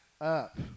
up